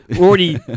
already